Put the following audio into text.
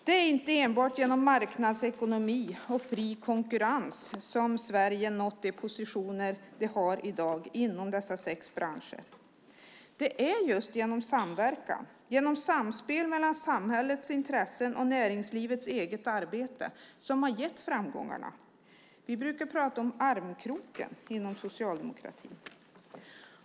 Det är inte enbart genom marknadsekonomi och fri konkurrens som Sverige nått de positioner det har i dag inom dessa sex branscher. Det är just samverkan och samspel mellan samhällets intressen och näringslivets eget arbete som gett framgångarna. Vi brukar inom Socialdemokraterna tala om armkroken.